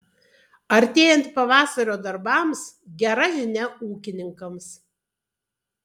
artėjant pavasario darbams gera žinia ūkininkams